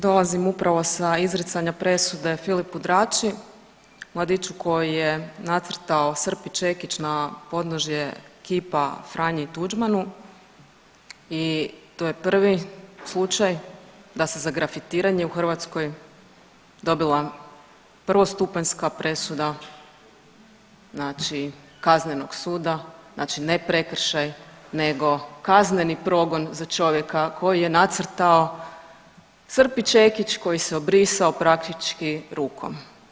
Dolazim upravo sa izricanja presude Filipu Drači, mladiću koji je nacrtao srp i čekić na podnožje kipa Franji Tuđmanu i to je prvi slučaj da se za grafitiranje u Hrvatskoj dobila prvostupanjska presuda, znači Kaznenog suda, znači ne prekršaj, nego kazneni progon za čovjeka koji je nacrtao srp i čekić koji se obrisao, praktički rukom.